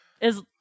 Is-